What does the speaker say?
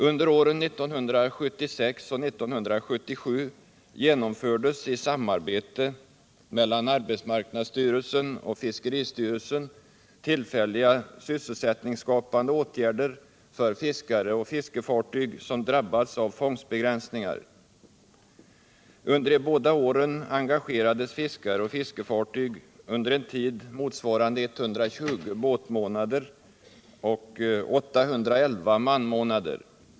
Under åren 1976 och 1977 genomfördes i samarbete mellan arbetsmarknadsstyrelsen och fiskeristyrelsen tillfälliga sysselsättningsskapande åtgärder för fiskare och fiskefartyg som drabbades av fångstbegränsningar. Under de båda åren engagerades fiskare och fiskefartyg under en tid motsvarande 120 båtmånader och 811 manmånader.